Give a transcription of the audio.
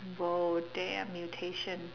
!whoa! damn mutation